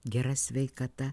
gera sveikata